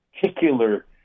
particular